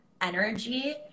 energy